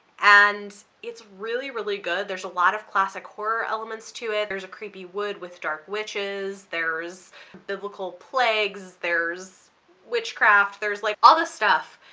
and it's really really good. there's a lot of classic horror elements to it there's a creepy wood with dark witches, there's biblical plagues, there's witchcraft, there's like all this stuff,